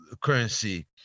currency